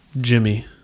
Jimmy